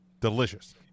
delicious